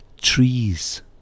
Trees